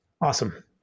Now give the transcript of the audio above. Awesome